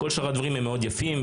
כל שאר הדברים הם מאוד יפים,